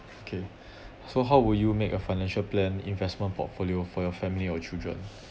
okay so how will you make a financial plan investment portfolio for your family or children